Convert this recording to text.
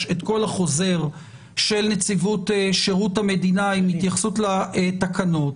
את כל חוזרי נציבות שירות המדינה עם התייחסות לתקנות?